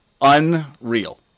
unreal